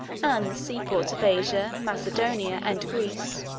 and the seaports of asia, macedonia, and greece.